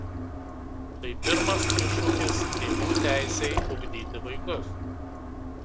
tai pirmas iššūkis tėvų teisei ugdyti vaikus